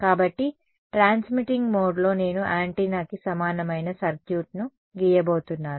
కాబట్టి ట్రాన్స్మిటింగ్ మోడ్లో నేను యాంటెన్నా కి సమానమైన సర్క్యూట్ను గీయబోతున్నాను